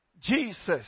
Jesus